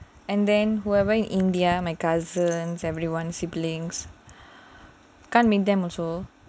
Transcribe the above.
and then whoever in india my cousin my siblings can't meet them also